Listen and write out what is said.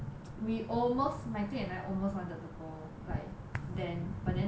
we almost my clique and I almost wanted to go like then but then like